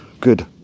good